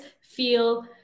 feel